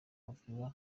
bavuga